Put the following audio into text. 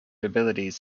abilities